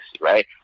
right